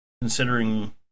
considering